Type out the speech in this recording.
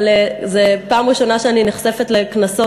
אבל זו הפעם הראשונה שאני נחשפת לקנסות